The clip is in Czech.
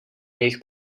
jejich